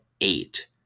eight